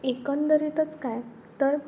एकंदरीतच काय तर